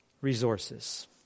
resources